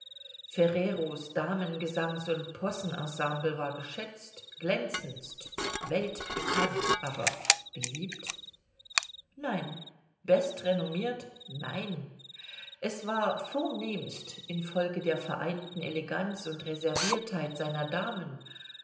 konkurrenz ferreros damen gesangs und possen ensemble war geschätzt glänzendst weltbekannt aber beliebt nein bestrenommiert nein es war vornehmst infolge der vereinten eleganz und reserviertheit seiner damen